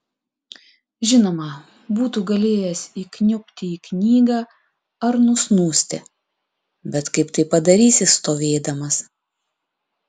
žinoma būtų galėjęs įkniubti į knygą ar nusnūsti bet kaip tai padarysi stovėdamas